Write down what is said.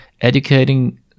educating